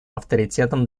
авторитетом